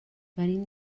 venim